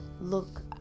look